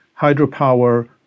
hydropower